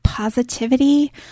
positivity